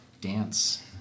Dance